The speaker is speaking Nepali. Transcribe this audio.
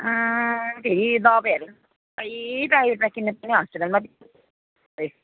अँ फेरि दबाईहरू सबै दबाईहरू त किन्नुपऱ्यो हस्पिटलमा खै